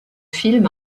film